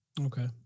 Okay